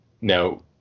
now